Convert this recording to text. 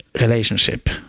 relationship